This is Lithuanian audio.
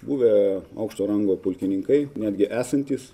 buvę aukšto rango pulkininkai netgi esantys